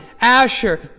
Asher